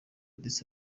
addis